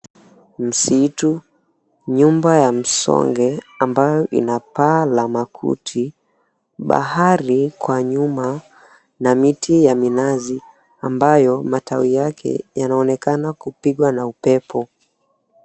Msitu, nyumba ya msonge ambayo ina paa la makuti, bahari kwa nyuma na miti ya minazi ambayo matawi yake yanaonekana kupigwa na upepo.